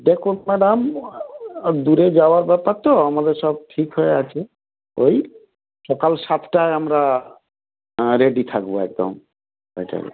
দেখুন ম্যাডাম দূরে যাওয়ার ব্যাপার তো আমাদের সব ঠিক হয়ে আছে ওই সকাল সাতটায় আমরা রেডি থাকবো একদমটা